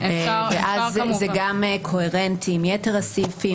זה גם קוהרנטי עם יתר הסעיפים.